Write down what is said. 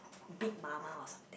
Big Mama or something